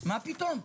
מה פתאום, מה פתאום.